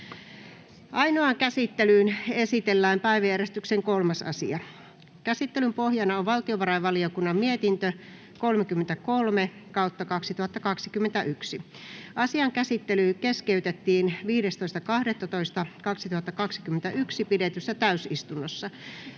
Ainoaan käsittelyyn esitellään päiväjärjestyksen 3. asia. Käsittelyn pohjana on valtiovarainvaliokunnan mietintö VaVM 33/2021 vp. Asian käsittely keskeytettiin 15.12.2021 pidetyssä täysistunnossa.